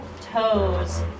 toes